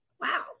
Wow